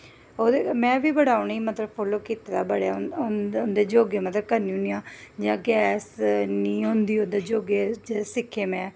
में बी मतलब बड़ा उ'नें गी फालो कीते दा ऐ बड़े योगे उं'दे मतलब करनी होन्नी आं जि'यां गैस नी होंदी जेह्दे च योगे सिक्खे में